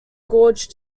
gorge